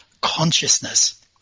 consciousness